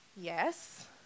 Yes